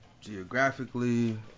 geographically